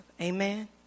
Amen